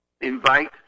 invite